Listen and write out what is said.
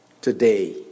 today